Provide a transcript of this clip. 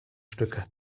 stücke